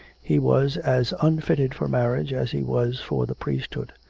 he was as unfitted for marriage as he was for the priesthood.